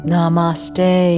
Namaste